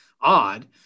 odd